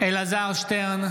בהצבעה אלעזר שטרן,